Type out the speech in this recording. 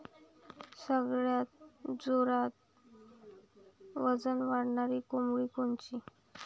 सगळ्यात जोरात वजन वाढणारी कोंबडी कोनची?